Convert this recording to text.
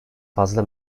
fazla